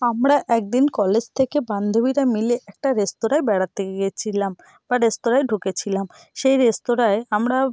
আমরা এক দিন কলেজ থেকে বান্ধবীরা মিলে একটা রেস্তোরাঁয় বেড়াতে গিয়েছিলাম বা রেস্তোরাঁয় ঢুকেছিলাম সেই রেস্তোরাঁয় আমরা